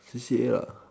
C_C_A lah